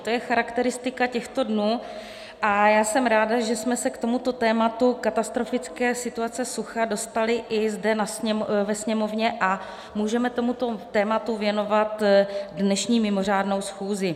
To je charakteristika těchto dnů a já jsem ráda, že jsme se k tomuto tématu katastrofické situace dostali i zde ve Sněmovně a můžeme tomuto tématu věnovat dnešní mimořádnou schůzi.